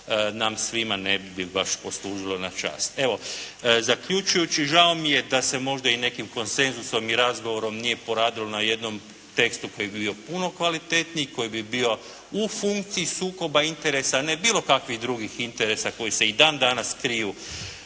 nam svima ne bi baš poslužilo na čast. Evo zaključujući, žao mi je da se možda i nekim konsenzusom i razgovorom nije poradilo na jednom tekstu koji bi bio puno kvalitetniji, koji bi bio u funkciji sukoba interesa, bilo kakvih drugih interesa koji se i dan danas kriju